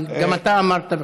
אבל גם אתה אמרת,